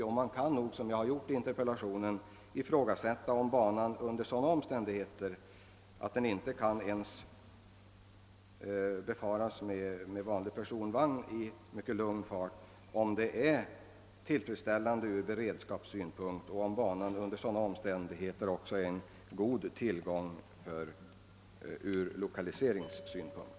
Därför kan, som jag gjort i interpellationen, ifrågasättas, om banan — när den inte ens kan befaras med vanlig personvagn i mycket lugn fart — är tillfredsställande från beredskapssynpunkt och utgör en god tillgång för lokaliseringsverksamheten.